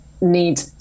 need